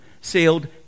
sailed